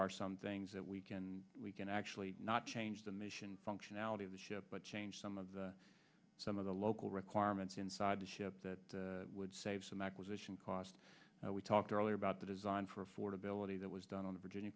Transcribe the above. are some things that we can we can actually not change the mission functionality of the ship but change some of the some of the local requirements inside the ship that would save some acquisition cost we talked earlier about the design for affordability that was done on the virginia